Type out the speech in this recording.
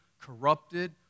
corrupted